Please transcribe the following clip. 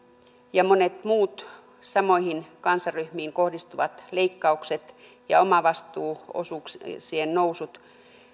ja monet muut samoihin kansanryhmiin kohdistuvat leikkaukset ja omavastuuosuuksien nousut